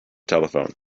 telephone